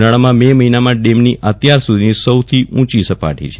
ઉનાળાના મે મહિનામાં ડેમની આ અત્યારસુધીની સૌથી ઉંચી સપાટી છે